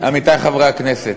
עמיתי חברי הכנסת,